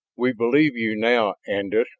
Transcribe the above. we believe you now, andas,